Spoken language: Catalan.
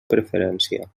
preferència